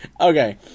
Okay